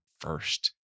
first